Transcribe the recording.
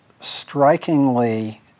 strikingly